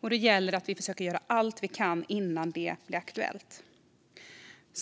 Det gäller att vi försöker göra allt vi kan innan det blir aktuellt.